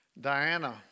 Diana